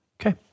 Okay